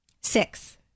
Six